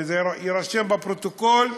וזה יירשם בפרוטוקול,